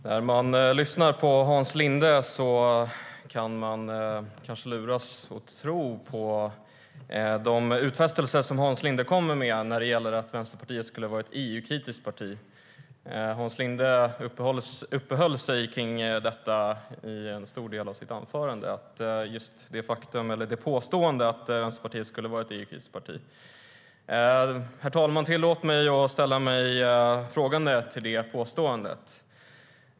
Herr talman! När man lyssnar på Hans Linde kan man luras att tro på de utfästelser som han kommer med när det gäller att Vänsterpartiet skulle vara ett EU-kritiskt parti. Hans Linde uppehöll sig vid påståendet att Vänsterpartiet skulle vara ett EU-kritiskt parti under en stor del av sitt anförande. Herr talman! Tillåt mig ställa mig frågande till det påståendet.